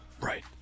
right